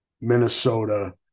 Minnesota